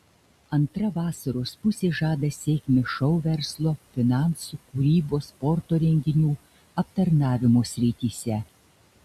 antra vasaros pusė žada sėkmę šou verslo finansų kūrybos sporto renginių aptarnavimo srityse